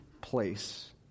place